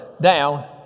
down